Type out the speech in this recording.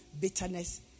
bitterness